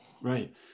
Right